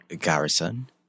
Garrison